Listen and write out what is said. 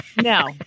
no